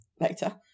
later